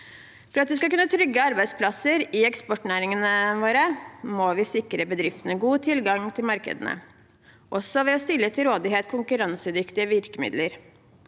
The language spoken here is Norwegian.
For at man skal kunne trygge arbeidsplasser i eksportnæringene våre, må vi sikre bedriftene god tilgang til markedene også ved å stille til rådighet konkurransedyktige virkemidler.